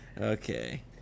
Okay